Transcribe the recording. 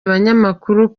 abanyamakuru